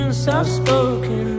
soft-spoken